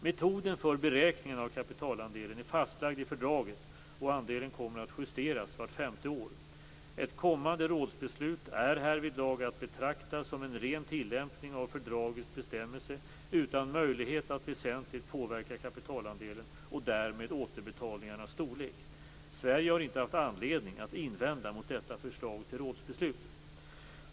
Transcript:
Metoden för beräkningen av kapitalandelen är fastlagd i fördraget, och andelen kommer att justeras vart femte år. Ett kommande rådsbeslut är härvidlag att betrakta som en ren tillämpning av fördragets bestämmelse utan möjlighet att väsentligt påverka kapitalandelen och därmed återbetalningarnas storlek. Sverige har inte haft anledning att invända mot detta förslag till rådsbeslut.